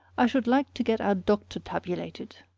i should like to get our doctor tabulated.